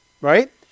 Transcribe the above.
right